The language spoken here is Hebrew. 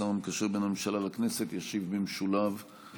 השר המקשר בין הממשלה לכנסת, ישיב במשולב על